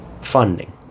funding